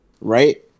right